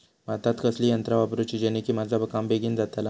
भातात कसली यांत्रा वापरुची जेनेकी माझा काम बेगीन जातला?